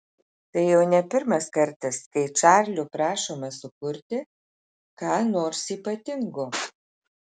tai jau ne pirmas kartas kai čarlio prašoma sukurti ką nors ypatingo